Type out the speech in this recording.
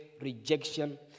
rejection